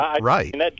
Right